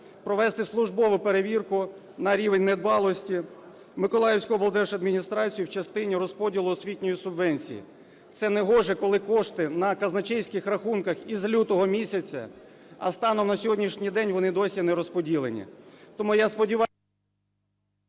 провести службову перевірку на рівень недбалості Миколаївської облдержадміністрації в частині розподілу освітньої субвенції. Це негоже, коли кошти на казначейських рахунках із лютого місяця, а станом на сьогоднішній день вони досі не розподілені. Тому я… ГОЛОВУЮЧИЙ.